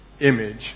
image